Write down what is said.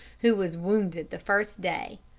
who was wounded the first day.